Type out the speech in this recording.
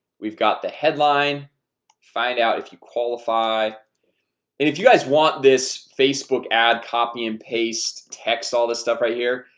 we've got the headline find out if you qualify and if you guys want this facebook ad copy and paste text all this stuff right here.